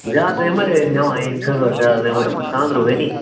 زیادٕ یمے ٲسۍ نِوان ییٚتہِ کھٕزر زیادٕ نِوان یم خانٛدرٕ وٲلی